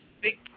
big